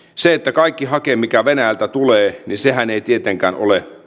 kaikki hake mikä venäjältä tulee ei tietenkään ole